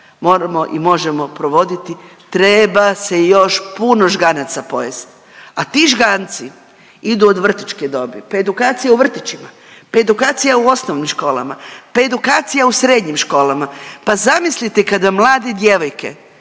moramo i možemo provoditi treba se još puno žganaca pojesti, a ti žganci idu od vrtićke dobi. Pa edukacija u vrtićima, pa edukacija u osnovnim školama, pa edukacija u srednjim školama. Pa zamislite kad vam mlade djevojke